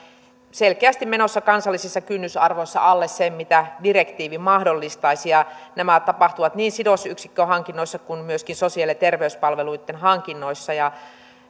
selkeästi menossa kansallisessa kynnysarvossa alle sen mitä direktiivi mahdollistaisi nämä tapahtuvat niin sidosyksikköhankinnoissa kuin sosiaali ja terveyspalveluitten hankinnoissa